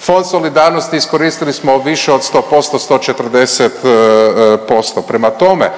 Fond solidarnosti iskoristili smo više od 100%, 140%, prema tome,